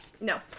No